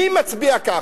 מי מצביע ככה,